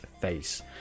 face